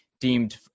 deemed